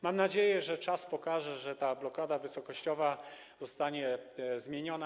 Mam nadzieję, że czas pokaże, że ta blokada wysokościowa zostanie zmieniona.